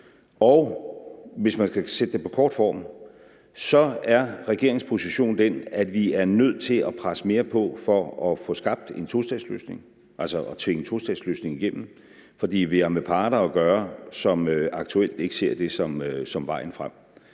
Hvis man skal sætte det på kort form, er regeringens position den, at vi er nødt til at presse mere på for at få skabt en tostatsløsning, altså at tvinge en tostatsløsning igennem, fordi vi har med parter at gøre, som aktuelt ikke ser det som vejen frem.